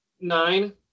nine